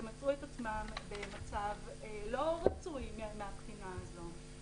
שמצאו את עצמם במצב לא רצוי מהבחינה הזאת,